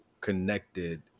connected